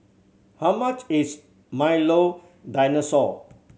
how much is Milo Dinosaur